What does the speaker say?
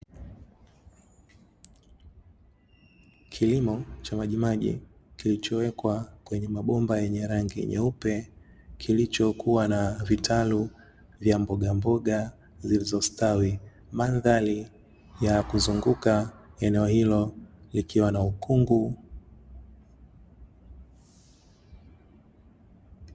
Kilimo cha majimaji kilichowekwa kwenye mabomba yenye rangi nyeupe kilichokuwa na vitalu vya mbogamboga zilizostawi, mandhari ya kuzunguka eneo hilo likiwa na ukungu.